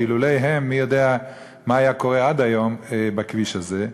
שאילולא הן מי יודע מה היה קורה עד היום בכביש הזה,